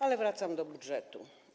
Ale wracam do budżetu.